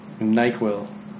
Nyquil